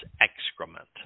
excrement